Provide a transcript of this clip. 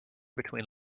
between